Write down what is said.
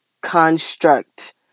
construct